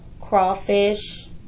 crawfish